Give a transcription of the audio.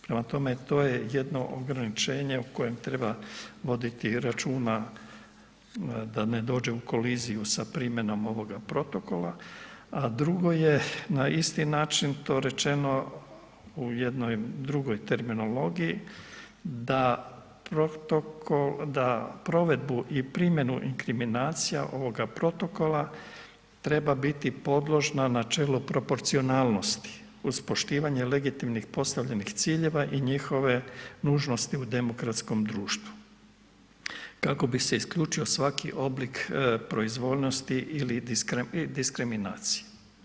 Prema tome, to je jedno ograničenje u kojem treba voditi računa da ne dođe u koliziju sa primjenom ovoga protokola a drugo je na isti način to rečeno u jednoj drugoj terminologiji, da provedbu i primjenu inkriminacija ovoga protokola treba biti podložna načelu proporcionalnosti uz poštovanje legitimnim postavljenih ciljeva i njihove nužnosti u demokratskom društvu kako bi se isključio svaki oblik proizvoljnosti i diskriminacije.